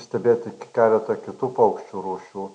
stebėti keletą kitų paukščių rūšių